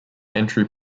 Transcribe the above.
entry